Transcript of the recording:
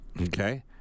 okay